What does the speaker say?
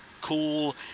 cool